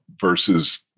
versus